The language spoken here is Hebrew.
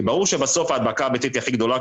כי ברור שבסוף ההדבקה הביתית היא הכי גדולה,